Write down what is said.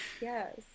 Yes